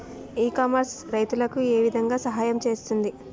ఇ commerce రైతులకు ఏ విధంగా సహాయం చేస్తుంది?